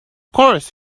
course